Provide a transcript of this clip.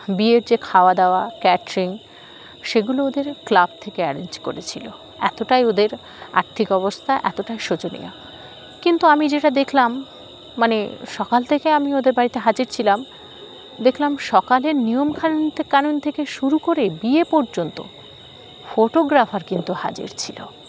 বিয়ের যে খাওয়া দাওয়া ক্যাটারিং সেগুলো ওদের ক্লাব থেকে অ্যারেঞ্জ করেছিলো এতটাই ওদের আর্থিক অবস্থা এতটাই শোচনীয় কিন্তু আমি যেটা দেখলাম মানে সকাল থেকে আমি ওদের বাড়িতে হাজির ছিলাম দেখলাম সকালের নিয়ম কানুন থেকে শুরু করে বিয়ে পর্যন্ত ফটোগ্রাফার কিন্তু হাজির ছিল